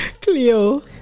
Cleo